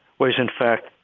was in fact,